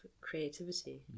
creativity